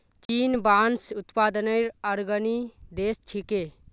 चीन बांस उत्पादनत अग्रणी देश छिके